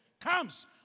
comes